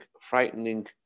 frightening